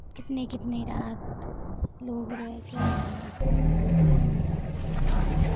کتنے کتنی رات لوگ رہ کے یہاں اس کا لطف مزہ اٹھاتے ہیں